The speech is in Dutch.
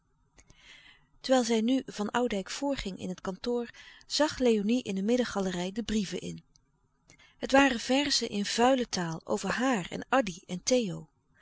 terwijl zij nu van oudijck voorging in het kantoor zag léonie in de middengalerij de brieven in het waren verzen in vuile taal over haar en addy en theo